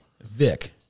Vic